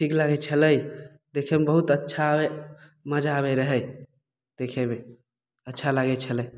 ठीक लागैत छलै देखेमे बहुत अच्छा अइ मजा आबैत रहै देखेमे अच्छा लागैत छलै